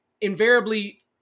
invariably